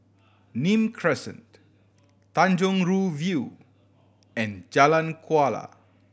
Nim Crescent Tanjong Rhu View and Jalan Kuala